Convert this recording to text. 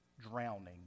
drowning